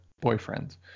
boyfriend